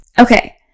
Okay